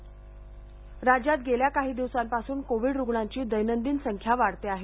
राज्य कोरोना राज्यात गेल्या काही दिवसांपासून कोविड रुग्णांची दैनदिन संख्या वाढत आहे